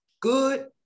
Good